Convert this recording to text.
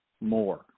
more